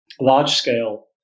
large-scale